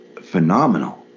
phenomenal